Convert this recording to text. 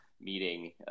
Meeting